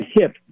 hip